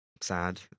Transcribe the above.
sad